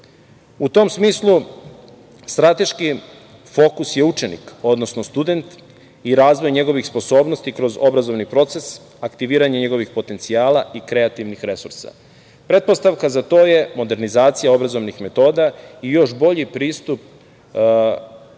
tom smislu, strateški fokus je učenik, odnosno student i razvoj njegovih sposobnosti kroz obrazovni proces, aktiviranje njegovih potencijala i kreativnih resursa. Pretpostavka za to je modernizacija obrazovnih metoda i još bolji pristup